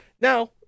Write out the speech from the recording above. now